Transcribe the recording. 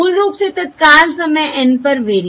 मूल रूप से तत्काल समय N पर वेरिएंस